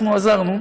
אנחנו עזרנו.